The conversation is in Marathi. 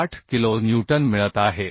78 किलो न्यूटन मिळत आहेत